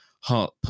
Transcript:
heart